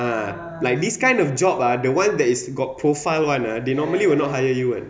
ah like this kind of job ah the one that is got profile [one] ah they normally will not hire you [one]